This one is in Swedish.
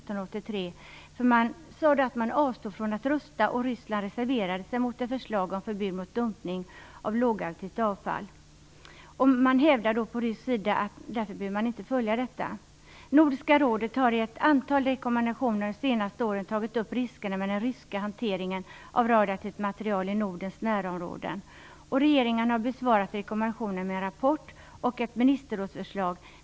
Ryssland anser inte bundet av detta. Man avstod från att rösta, och Ryssland reserverade sig mot ett förslag om förbud mot dumpning av lågaktivt avfall. Man hävdar därför från rysk sida att man inte behöver följa detta. Nordiska rådet har i ett antal rekommendationer under de senaste åren tagit upp riskerna med den ryska hanteringen av radioaktivt material i Nordens närområden. Regeringen har besvarat rekommendationen med en rapport och ett ministerrådsförslag.